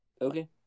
Okay